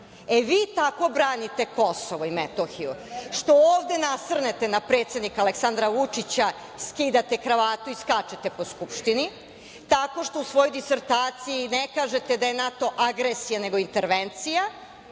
tako branite Kosovo i Metohiju što ovde nasrnete na predsednika Aleksandra Vučića, skidate kravatu i skačete po Skupštini, tako što u svojoj disertaciji ne kažete da je NATO agresija nego intervencija